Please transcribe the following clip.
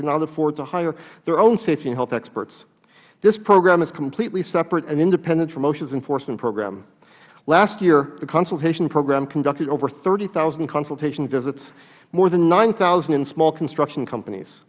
cannot afford to hire their own safety and health experts this program is completely separate and independent from oshas enforcement program last year the consultation program conducted over thirty thousand consultation visits more than nine thousand in small construction companies